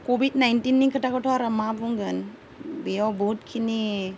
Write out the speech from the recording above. Covid नाइन्टिननि खोथाखौथ' आरो मा बुंगोन बेयाव बहुतखिनि